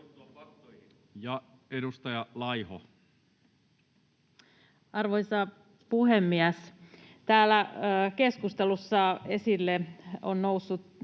Edustaja Laiho. Arvoisa puhemies! Täällä keskustelussa ovat nousseet